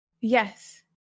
Yes